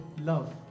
love